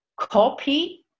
copy